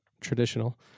traditional